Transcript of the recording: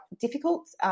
difficult